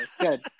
good